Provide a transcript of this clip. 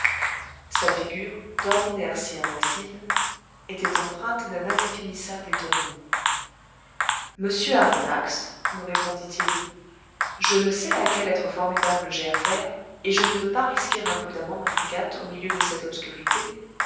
sa figure d'ordinaire si impassible était empreinte d'un indéfinissable étonnement monsieur aronnax me répondit-il je ne sais à quel être formidable j'ai affaire et je ne veux pas risquer imprudemment ma frégate au milieu de cette obscurité